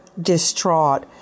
distraught